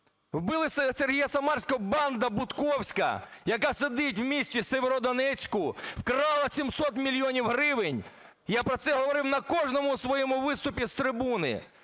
Вбили Сергія Самарського, банда бутковська, яка сидить в місті Сєвєродонецьку, вкрала 700 мільйонів гривень! Я про це говорив в кожному своєму виступі з трибуни.